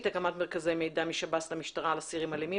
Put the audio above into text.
הקמת מרכזי מידע משב"ס למשטרה על אסירים אלימים